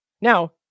Now